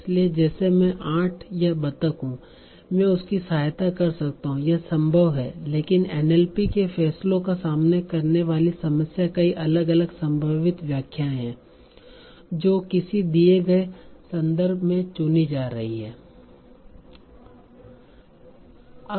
इसलिए जैसे मैं आठ या बतख हूं मैं उसकी सहायता कर रहा हूं यह संभव है लेकिन NLP के फैसलों का सामना करने वाली समस्या कई अलग अलग संभावित व्याख्याएं हैं जो किसी दिए गए संदर्भ में चुनी जा रही हैं